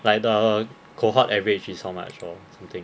like the cohort average is how much or something